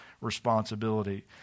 responsibility